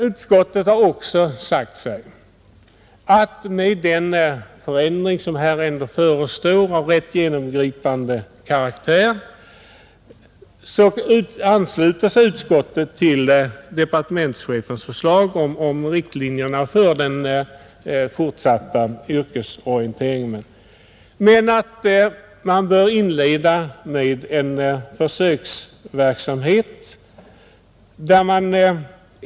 Utskottet ansluter sig till departementschefens förslag om riktlinjerna för den fortsatta yrkesorienteringen, men med tanke på den förändring av rätt genomgripande karaktär som här ändå förestår anför utskottet att man bör inleda med en försöksverksamhet.